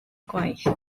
gwaith